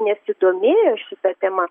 nesidomėjo šita tema